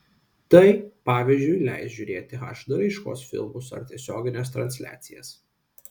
tai pavyzdžiui leis žiūrėti hd raiškos filmus ar tiesiogines transliacijas